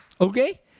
Okay